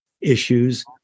issues